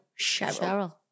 Cheryl